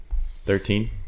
Thirteen